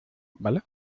vale